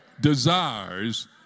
desires